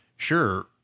Sure